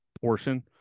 portion